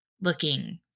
looking